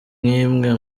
nk’imwe